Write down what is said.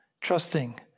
trusting